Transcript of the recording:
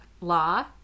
law